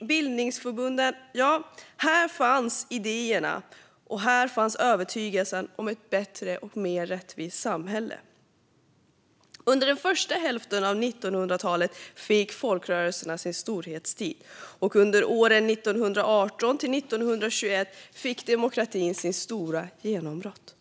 bildningsförbunden - ja, här fanns idéerna och här fanns övertygelsen om ett bättre och mer rättvist samhälle. Under den första hälften av 1900-talet hade folkrörelserna sin storhetstid, och under åren 1918-1921 fick demokratin sitt stora genombrott.